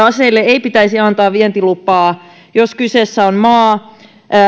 aseille ei pitäisi antaa vientilupaa jos kyseessä on maa